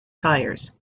tires